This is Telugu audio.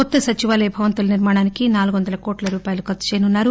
కొత్త సచివాలయ భవంతుల నిర్మాణానికి నాలుగు వందల కోట్ల రూపాయలు ఖర్చు చేయనున్నారు